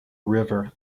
river